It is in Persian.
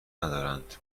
ندارند